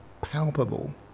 palpable